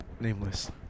nameless